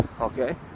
okay